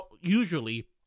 usually